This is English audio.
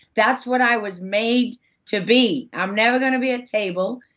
that's what i was made to be, i'm never gonna be a table,